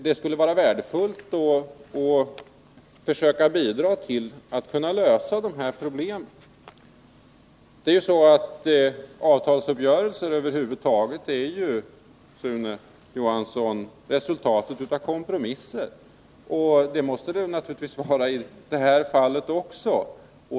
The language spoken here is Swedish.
Det skulle vara värdefullt om de här problemen kunde lösas. Avtalsuppgörelser är ju, Sune Johansson, resultatet av kompromisser. Det måste det naturligtvis vara i det här fallet också.